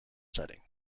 setting